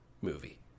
movie